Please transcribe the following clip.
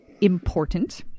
important